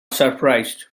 surprised